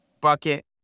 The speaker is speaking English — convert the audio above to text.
bucket